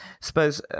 suppose